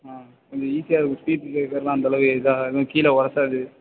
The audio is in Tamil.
ஆ கொஞ்சம் ஈஸியாக இருக்கும் ஸ்பீட் பிரேக்கரெலாம் அந்தளவு இதாக எதுவும் கீழே உரசாது